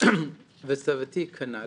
וסבתי כנ"ל.